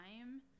time